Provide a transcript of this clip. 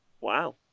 Wow